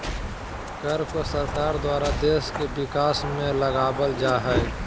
कर को सरकार द्वारा देश के विकास में लगावल जा हय